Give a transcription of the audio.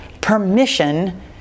permission